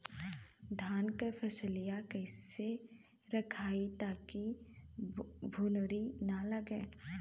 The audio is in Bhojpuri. धान क फसलिया कईसे रखाई ताकि भुवरी न लगे?